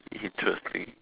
interesting